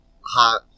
hot